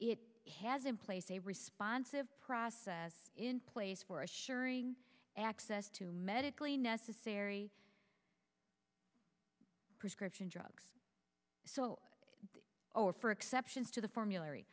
it has in place a responsive process in place for assuring access to medically necessary prescription drugs so or for exceptions to the formula